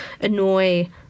annoy